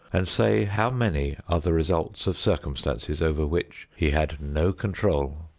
and say how many are the results of circumstances over which he had no control.